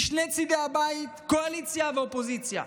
משני צידי הבית, קואליציה ואופוזיציה.